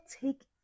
take